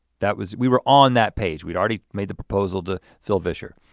that was we were on that page, we'd already made the proposal to phil vischer.